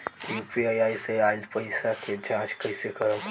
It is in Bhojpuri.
यू.पी.आई से आइल पईसा के जाँच कइसे करब?